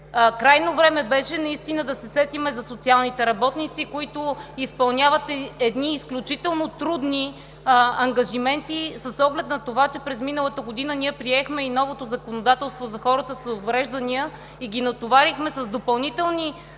Крайно време беше наистина да се сетим за социалните работници, които изпълняват едни изключително трудни ангажименти, с оглед на това че през миналата година ние приехме и новото законодателство за хората с увреждания и ги натоварихме с допълнителни задачи,